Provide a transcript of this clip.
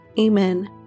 Amen